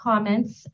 Comments